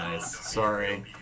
Sorry